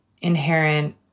inherent